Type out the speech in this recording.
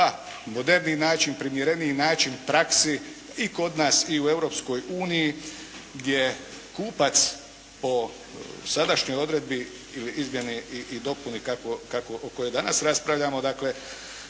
moderniji način, primjereniji način, praksi i kod nas i u Europskoj uniji gdje kupac po sadašnjoj odredbi ili izmjeni i dopuni o kojoj danas raspravljamo,